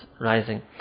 rising